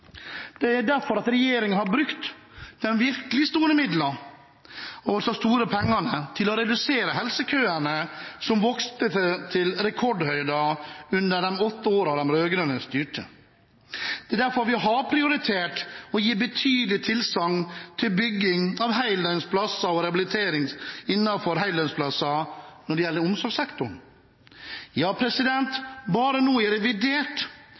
Det er derfor regjeringen har brukt de virkelig store midlene, de store pengene, til å redusere helsekøene, som vokste til rekordhøyder i de åtte årene de rød-grønne styrte. Det er derfor vi har prioritert å gi betydelige tilsagn til bygging av heldøgnsplasser og rehabilitering innenfor heldøgnsplasser når det gjelder omsorgssektoren. Ja, bare nå i revidert